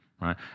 right